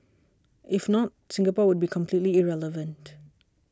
if not Singapore would be completely irrelevant